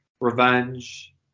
revenge